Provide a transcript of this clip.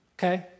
Okay